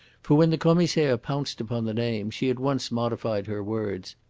for when the commissaire pounced upon the name, she at once modified her words.